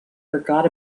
forgot